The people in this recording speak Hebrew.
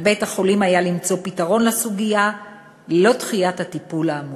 היה על בית-החולים למצוא פתרון לסוגיה ללא דחיית הטיפול האמור.